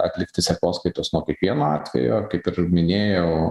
atlikti sekoskaitos nuo kiekvieno atvejo kaip ir minėjau